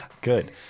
good